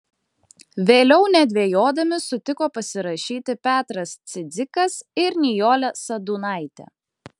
vėliau nedvejodami sutiko pasirašyti petras cidzikas ir nijolė sadūnaitė